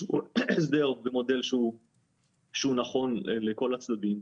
שהוא הסדר במודל שהוא נכון לכל הצדדים,